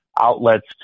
outlets